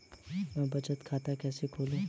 मैं बचत खाता कैसे खोलूं?